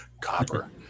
Copper